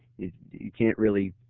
you can't really